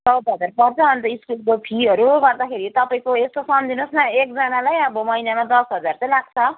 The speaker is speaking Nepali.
चौध हजार पर्छ अन्त स्कुलको फिहरू गर्दाखेरि तपाईँको यस्तो सम्झिनुहोस् न एकजनालाई अब महिनामा दस हजार चाहिँ लाग्छ